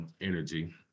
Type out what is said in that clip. energy